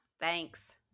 Thanks